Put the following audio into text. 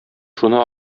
шуны